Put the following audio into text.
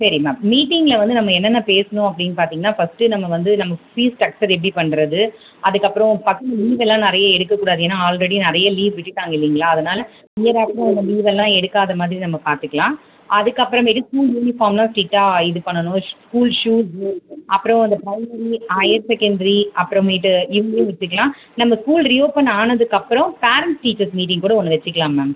சரி மேம் மீட்டிங்கில் வந்து நம்ம என்னென்ன பேசணும் அப்படின்னு பார்த்தீங்கன்னா ஃபஸ்ட்டு நம்ம வந்து நமக்கு ஃபீஸ் ஸ்ட்ரெக்ச்சர் எப்படி பண்ணுறது அதுக்கப்புறம் பசங்கள் லீவெல்லாம் நிறைய எடுக்கக்கூடாது ஏன்னால் ஆல்ரெடி நிறைய லீவ் விட்டுவிட்டாங்க இல்லைங்களா அதனால் ஹியர் ஆஃப்ட்டர் அந்த லீவெல்லாம் எடுக்காதமாதிரி நம்ம பார்த்துக்கலாம் அதுக்கப்புறமேட்டுக்கு ஸ்கூல் யூனிஃபார்மெலாம் ஸ்ட்ரிக்டாக இது பண்ணணும் ஸ்கூல் ஷூஸ்ஸு அப்புறம் அந்த ப்ரைமரி ஹையர் செகண்டரி அப்புறமேட்டு இவங்களும் வச்சுக்கலாம் நம்ம ஸ்கூல் ரீஓப்பன் ஆனதுக்கப்புறம் பேரெண்ட்ஸ் டீச்சர்ஸ் மீட்டிங் கூட ஒன்று வச்சுக்கலாம் மேம்